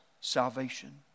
salvation